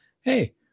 hey